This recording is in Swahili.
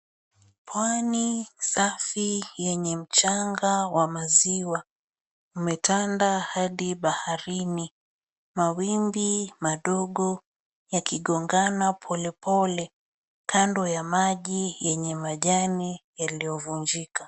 Pwani safi yenye mchanga wa maziwa umetanda hadi baharini. Mawimbi madogo yakigongana polepole kando ya maji yenye majani yaliyovunjika.